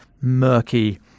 murky